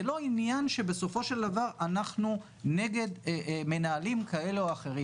זה לא עניין שבסופו של דבר אנחנו נגד מנהלים כאלה או אחרים.